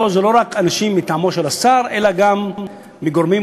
זה לא רק אנשים מטעמו של השר אלא גם מטעמם של